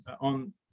on